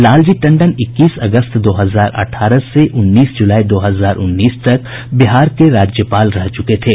लालजी टंडन इक्कीस अगस्त दो हजार अठारह से उन्नीस जुलाई दो हजार उन्नीस तक बिहार के राज्यपाल रह चुके थे